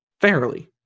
fairly